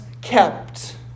kept